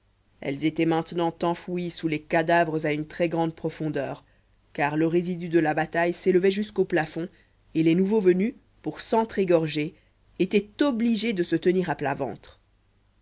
elles étaient maintenant enfouies sous les cadavres à une très grande profondeur car le résidu de la bataille s'élevait jusqu'au plafond et les nouveaux venus pour s'entr'égorger étaient obligés de se tenir à plat ventre